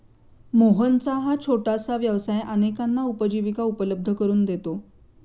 मोहनचा हा छोटासा व्यवसाय अनेकांना उपजीविका उपलब्ध करून देतो